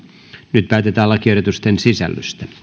nyt päätetään lakiehdotusten sisällöstä